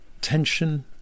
tension